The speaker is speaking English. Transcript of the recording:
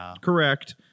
correct